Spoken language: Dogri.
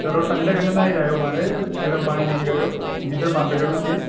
चलो ठंडे कन्नै न्हाई लैओ माराज गर्म पानी नेईं करेओ गीजर बंद करीड़ गे